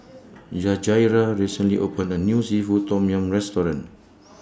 Yajaira recently opened A New Seafood Tom Yum Restaurant